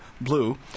blue